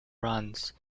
reims